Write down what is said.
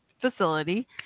facility